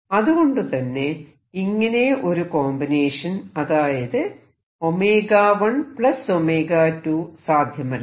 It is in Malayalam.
അതുകൊണ്ടുതന്നെ ഇങ്ങനെ ഒരു കോമ്പിനേഷൻ അതായത് |1 2 | സാധ്യമല്ല